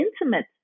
intimate